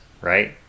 right